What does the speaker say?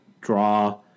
draw